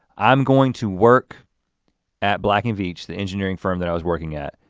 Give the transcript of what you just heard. i'm going to work at black and veatch, the engineering firm that i was working at,